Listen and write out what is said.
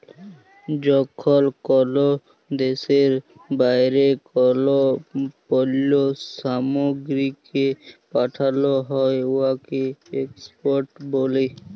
যখল কল দ্যাশের বাইরে কল পল্ল্য সামগ্রীকে পাঠাল হ্যয় উয়াকে এক্সপর্ট ব্যলে